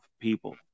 people